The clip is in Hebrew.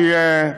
שהיא,